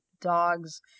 dogs